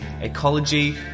ecology